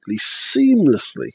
seamlessly